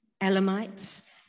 Elamites